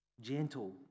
gentle